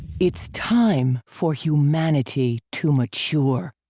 it's time for humanity to mature.